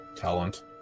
talent